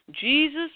Jesus